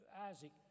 Isaac